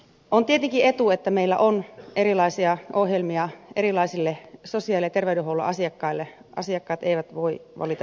on tietenkin etu että meillä on erilaisia ohjelmia erilaisille sosiaali ja terveydenhuollon asiakkaille asiakkaat eivät voi valita sairauksiaan